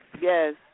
Yes